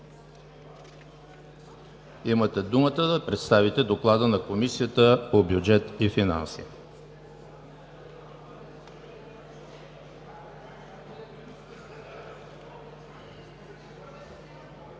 имате думата да представите Доклада на Комисията по бюджет и финанси.